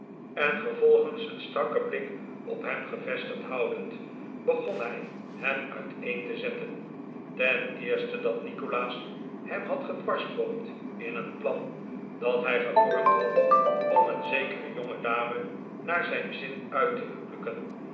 en vervolgens een strakken blik op hem gevestigd houdend begon hij hem uiteen te zetten ten eerste dat nikolaas hem had gedwarsboomd in een plan dat hij gevormd had om een zekere jongedame naar zijn zin uit te huwelijken